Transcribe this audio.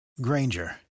Granger